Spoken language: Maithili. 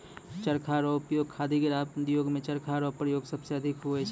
चरखा रो उपयोग खादी ग्रामो उद्योग मे चरखा रो प्रयोग सबसे अधिक हुवै छै